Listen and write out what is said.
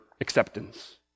acceptance